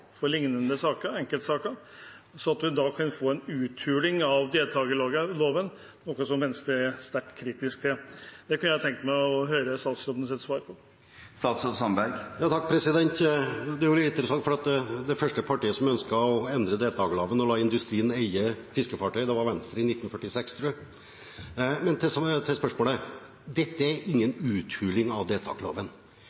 uthuling av deltakerloven, noe som Venstre er sterkt kritisk til? Det kunne jeg tenkt meg å høre statsrådens svar på. Det første partiet som ønsket å endre deltakerloven og la industrien eie fiskefartøy, var Venstre i 1946, tror jeg. Men til spørsmålet: Dette er ingen uthuling av deltakerloven. Med respekt for Stortinget, som gjennom et enstemmig vedtak her i Stortinget har sagt det: Dette er